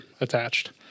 attached